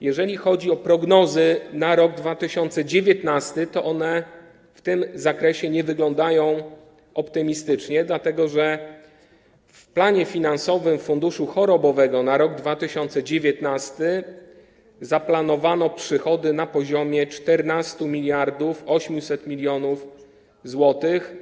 Jeżeli chodzi o prognozy na rok 2019, to one w tym zakresie nie wyglądają optymistycznie, dlatego że w planie finansowym funduszu chorobowego na rok 2019 zaplanowano przychody na poziomie 14 800 mln zł.